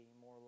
more